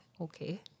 okay